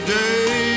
day